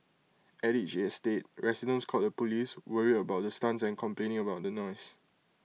at each estate residents called the Police worried about the stunts and complaining about the noise